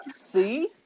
See